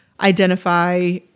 identify